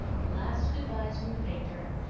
the last good-byes grew fainter,